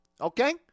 okay